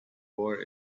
war